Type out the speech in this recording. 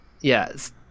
Yes